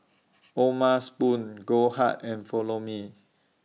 O'ma Spoon Goldheart and Follow Me